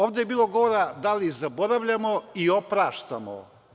Ovde je bilo govora da li zaboravljamo i opraštamo.